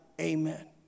amen